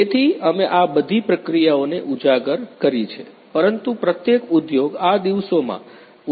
તેથી અમે આ બધી પ્રક્રિયાને ઉજાગર કરી છે પરંતુ પ્રત્યેક ઉદ્યોગ આ દિવસોમાં ઉદ્યોગ 4